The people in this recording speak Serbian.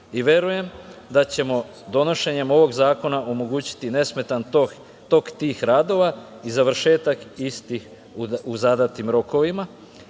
i verujem da ćemo, donošenjem ovog zakona, omogućiti nesmetan tok tih radova i završetak istih u zadatim rokovima,